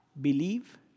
believe